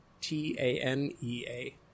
T-A-N-E-A